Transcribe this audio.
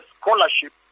scholarship